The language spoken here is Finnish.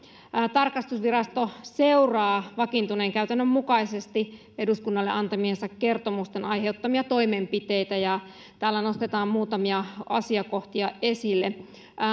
tarkastusvirasto seuraa vakiintuneen käytännön mukaisesti eduskunnalle antamiensa kertomusten aiheuttamia toimenpiteitä ja tässä nostetaan muutamia asiakohtia esille